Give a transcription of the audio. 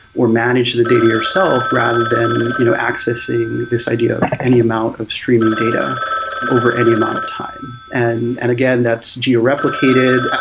or manage the data yourself, rather than you know accessing this idea of any amount of streaming data over any amount of time. and and again that's geo-replicated,